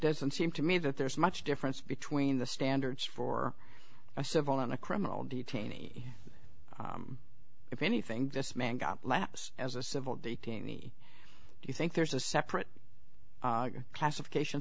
doesn't seem to me that there's much difference between the standards for a civil and a criminal detainee if anything this man got laughs as a civil detainee do you think there's a separate classification